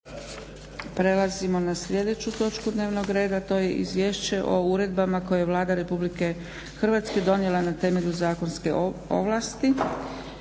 Prelazimo na sljedeću točku dnevno reda, to je: - Izvješće o uredbama koje je Vlada Republike Hrvatske donijela na temelju zakonske ovlasti